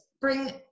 bring